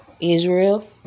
Israel